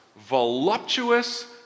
voluptuous